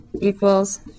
equals